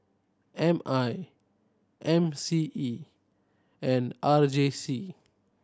M I M C E and R J C